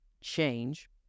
change